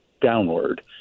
downward